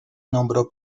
nombró